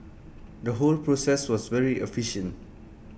the whole process was very efficient